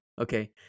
Okay